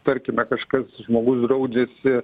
tarkime kažkas žmogus draudžiasi